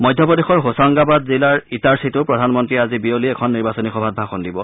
মধ্য প্ৰদেশৰ হোচাংগাবাদ জিলাৰ ইটাৰ্চিত প্ৰধানমন্ত্ৰীয়ে আজি বিয়লি এখন নিৰ্বাচনী সভাত ভাষণ দিব